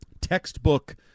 textbook